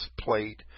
plate